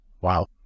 Wow